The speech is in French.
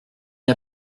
n’y